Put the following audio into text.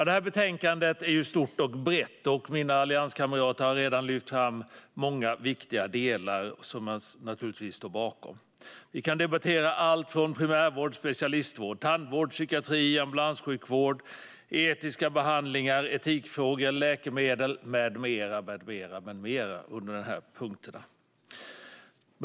Detta betänkande är stort och brett, och mina allianskamrater har redan lyft fram många viktiga delar, som jag naturligtvis står bakom. Vi kan debattera allt från primärvård till specialistvård, tandvård, psykiatri, ambulanssjukvård, etiska behandlingar, etikfrågor och läkemedel med mera under dessa punkter.